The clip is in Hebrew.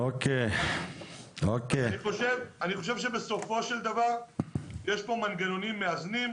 אני חושב שבסופו של דבר יש כאן מנגנונים מאזנים,